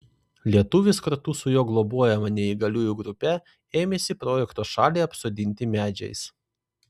lietuvis kartu su jo globojama neįgaliųjų grupe ėmėsi projekto šalį apsodinti medžiais